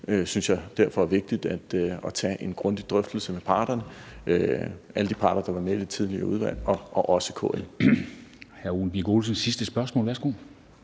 det er vigtigt at tage en grundig drøftelse med alle de parter, der var med i det tidligere udvalg, også KL.